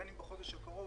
בין אם בחודש הקרוב,